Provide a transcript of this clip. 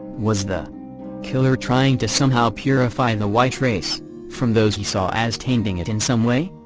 was the killer trying to somehow purify and the white race from those he saw as tainting it in some way?